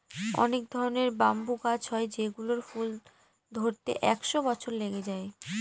অনেক ধরনের ব্যাম্বু গাছ হয় যেগুলোর ফুল ধরতে একশো বছর লেগে যায়